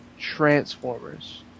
transformers